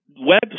web